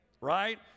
Right